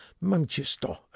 Manchester